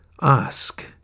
ask